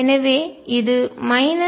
எனவே இது 13